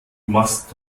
machst